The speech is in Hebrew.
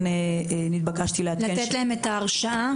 לתת להם את ההרשאה?